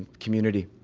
community.